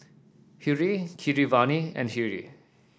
Hri Keeravani and Hri